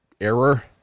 error